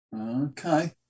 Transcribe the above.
Okay